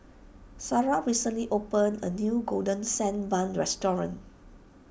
Sara recently opened a new Golden Sand Bun restaurant